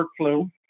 workflow